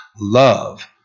love